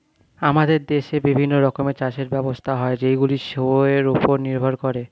আমাদের দেশে বিভিন্ন রকমের চাষের ব্যবস্থা হয় যেইগুলো শোয়ের উপর নির্ভর করে